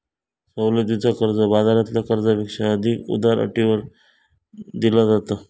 सवलतीचा कर्ज, बाजारातल्या कर्जापेक्षा अधिक उदार अटींवर दिला जाता